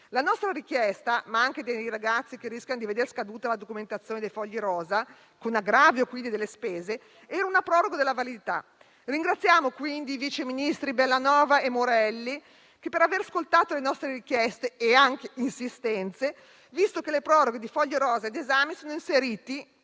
nostra, ma anche dei ragazzi, che rischiano di veder scaduta la documentazione dei fogli rosa, con aggravio delle spese, è di una proroga della validità. Ringraziamo i sottosegretari Bellanova e Morelli per aver ascoltato le nostre richieste e insistenze, visto che le proroghe di fogli rosa e di esami saranno inserite